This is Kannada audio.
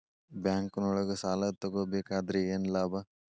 ಬ್ಯಾಂಕ್ನೊಳಗ್ ಸಾಲ ತಗೊಬೇಕಾದ್ರೆ ಏನ್ ಲಾಭ?